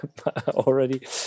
already